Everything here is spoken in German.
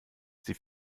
sie